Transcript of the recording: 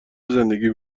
زندگی